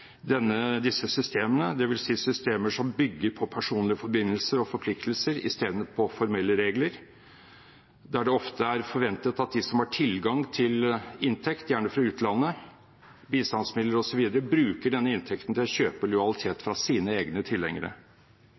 disse systemene, dvs. systemer som bygger på personlige forbindelser og forpliktelser istedenfor på formelle regler, at det ofte er forventet at de som har tilgang til inntekt, gjerne fra utlandet, bistandsmidler osv., bruker den inntekten til å kjøpe lojalitet fra sine egne tilhengere.